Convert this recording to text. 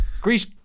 Greece